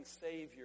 Savior